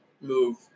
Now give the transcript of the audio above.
move